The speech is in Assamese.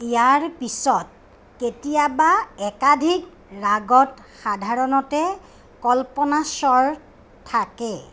ইয়াৰ পিছত কেতিয়াবা একাধিক ৰাগত সাধাৰণতে কল্পনা স্বৰ থাকে